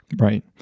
Right